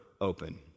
open